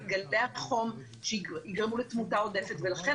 את גלי החום שיגרמו לתמותה עודפת ולכן